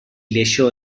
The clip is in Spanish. leyó